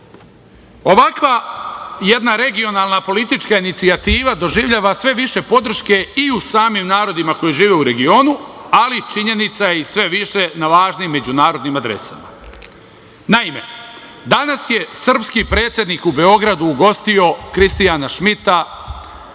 Ovakva jedna regionalna politička inicijativa doživljava sve više podrške i u samim narodima koji žive u regionu, ali činjenica je i sve više na važnim međunarodnim adresama. Naime, danas je sprski predsednik u Beogradu ugostio Kristijana Šmita